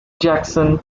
jackson